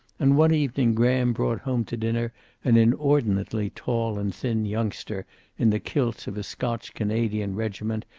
and one evening graham brought home to dinner an inordinately tall and thin youngster in the kilts of a scotch-canadian regiment,